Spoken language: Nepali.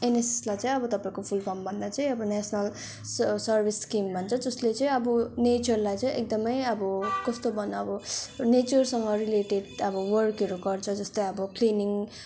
एनएसएसलाई चाहिँ अब तपाईँको फुल फर्म भन्दा चाहिँ अब नेसनल स सर्भिस क्याम्प भन्छ जसले चाहिँ अब नेचरलाई चाहिँ एकदमै अब कस्तो भन्नु अब नेचरसँग रिलेटेड अब वर्कहरू गर्छ जस्तै अब ट्रेनिङ